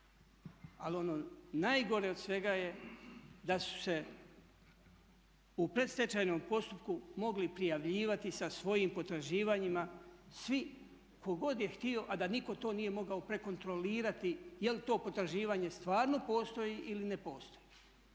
Ali ono najgore od svega je da su se u predstečajnom postupku mogli prijavljivati sa svojim potraživanjima svi tko god je htio a da nitko to nije mogao prekontrolirati je li to potraživanje stvarno postoji ili ne postoji.